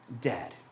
dead